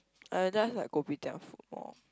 I just like kopitiam food orh